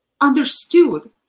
understood